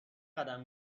قدم